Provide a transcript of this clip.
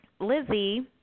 Lizzie